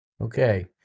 Okay